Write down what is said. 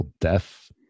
death